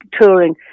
touring